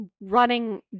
running